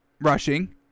rushing